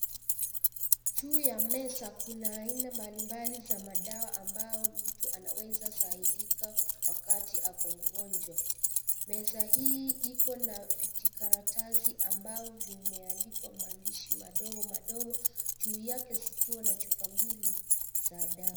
Juu ya meza kuna aina mbalimbali za madawa ambao mtu anaweza kusaidika wakati ako mgonjwa. Meza hii iko na vijikaratasi ambavyo vimeandikwa maandishi madogo madogo. Juu yake yakiwa na chupa mbili za dawa.